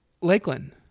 Lakeland